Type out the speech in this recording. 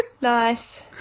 Nice